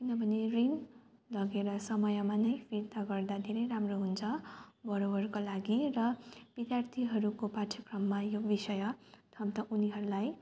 किनभने ऋण लगेर समयमा नै फिर्ता गर्दा धेरै नै राम्रो हुन्छ बरोवरको लागि र विद्यार्थीहरूको पाठ्यक्रममा यो विषय थप्दा उनीहरूलाई